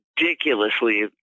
ridiculously